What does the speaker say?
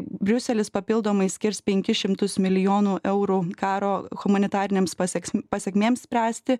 briuselis papildomai skirs penkis šimtus milijonų eurų karo humanitariniams paseks pasekmėms spręsti